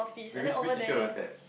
wait which which teacher was that